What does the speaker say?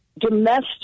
domestic